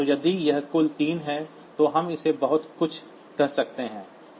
तो यदि यह कुल 3 है तो हम इसे बहुत कुछ कह सकते हैं